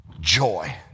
joy